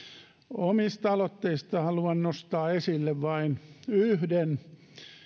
omista aloitteistani haluan nostaa esille vain yhden